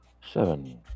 seven